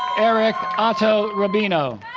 erik otto rubino